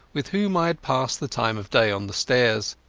with whom i had passed the time of day on the stairs.